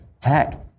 tech